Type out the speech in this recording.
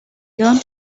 learn